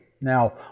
Now